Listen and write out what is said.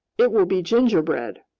it will be gingerbread!